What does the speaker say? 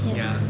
ya